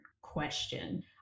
question